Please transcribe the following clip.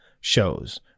shows